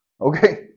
Okay